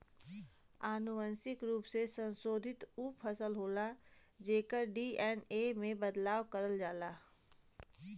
अनुवांशिक रूप से संशोधित उ फसल होला जेकर डी.एन.ए में बदलाव करल जाला